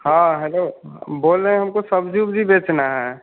हाँ हैलो बोल रहे हैं हमको सब्ज़ी उब्जी बेचना है